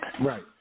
Right